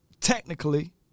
technically